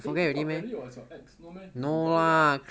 eh I thought valerie was your ex no meh I forgot already ah